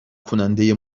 کننده